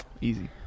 Easy